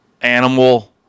animal